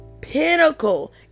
pinnacle